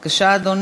בדבר